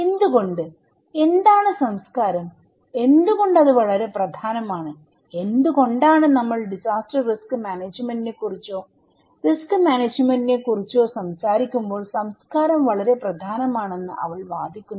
എന്തുകൊണ്ട് എന്താണ് സംസ്കാരം എന്തുകൊണ്ട് അത് വളരെ പ്രധാനമാണ് എന്തുകൊണ്ടാണ് നമ്മൾ ഡിസാസ്റ്റർ റിസ്ക് മാനേജ്മെന്റിനെക്കുറിച്ചോ റിസ്ക് മാനേജ്മെന്റിനെക്കുറിച്ചോ സംസാരിക്കുമ്പോൾ സംസ്കാരം വളരെ പ്രധാനമാണെന്ന് അവൾ വാദിക്കുന്നത്